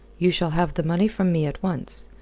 you shall have the money from me at once.